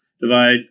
Divide